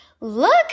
Look